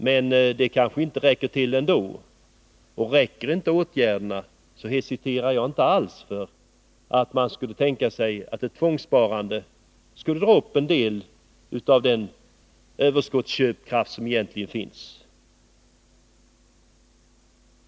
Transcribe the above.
Men det kanske inte räcker, och om inte åtgärderna är tillräckliga hesiterar jag inte alls att införa tvångssparande, som skulle kunna suga upp en del av den överskottsköpkraft som egentligen finns.